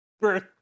birth